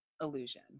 illusion